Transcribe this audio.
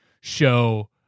show